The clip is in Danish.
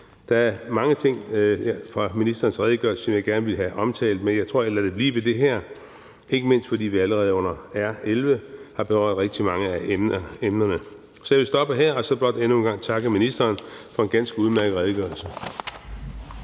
Der er mange ting fra ministerens redegørelse, som jeg gerne ville have omtalt, men jeg tror, jeg lader det blive ved det her, ikke mindst fordi vi allerede under R 11 har berørt rigtig mange af emnerne. Så jeg vil stoppe her og så blot endnu en gang takke ministeren for en ganske udmærket redegørelse.